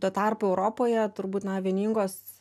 tuo tarpu europoje turbūt na vieningos